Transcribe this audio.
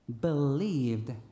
believed